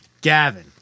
Gavin